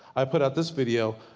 i put out this video,